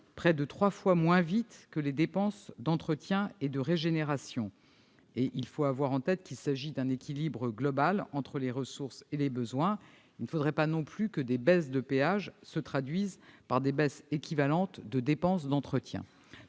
près de trois fois moins vite que les dépenses d'entretien et de régénération du réseau correspondant. Gardons à l'esprit qu'il faut préserver un équilibre global entre les ressources et les besoins : il ne faudrait pas non plus que des baisses de péages se traduisent par des baisses équivalentes de dépenses d'entretien.